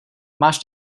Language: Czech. máš